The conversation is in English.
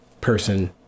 person